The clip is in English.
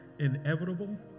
inevitable